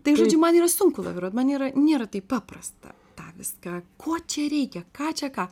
tai žodžiu man yra sunku laviruot man yra nėra taip paprasta tą viską ko čia reikia ką čia ką